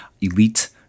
elite